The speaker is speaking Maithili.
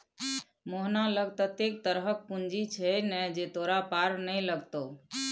मोहना लग ततेक तरहक पूंजी छै ने जे तोरा पार नै लागतौ